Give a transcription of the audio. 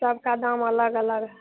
सबका दाम अलग अलग है